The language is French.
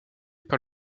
par